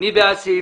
מי נגד?